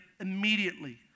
immediately